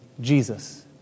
Jesus